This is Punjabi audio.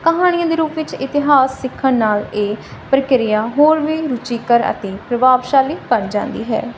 ਕਹਾਣੀਆਂ ਦੇ ਰੂਪ ਵਿੱਚ ਇਤਿਹਾਸ ਸਿੱਖਣ ਨਾਲ ਇਹ ਪ੍ਰਕਿਰਿਆ ਹੋਰ ਵੀ ਰੁਚੀਕਰ ਅਤੇ ਪ੍ਰਭਾਵਸ਼ਾਲੀ ਬਣ ਜਾਂਦੀ ਹੈ